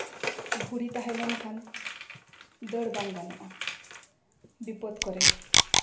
ᱵᱷᱩᱲᱤ ᱛᱟᱦᱮᱸ ᱞᱮᱱᱠᱷᱟᱱ ᱫᱟᱹᱲ ᱵᱟᱝ ᱜᱟᱱᱚᱜᱼᱟ ᱵᱤᱯᱚᱫ ᱠᱚᱨᱮ